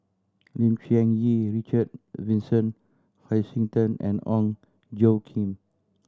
Lim Cherng Yih Richard Vincent Hoisington and Ong Tjoe Kim